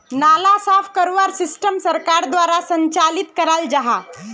नाला साफ करवार सिस्टम सरकार द्वारा संचालित कराल जहा?